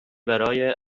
برای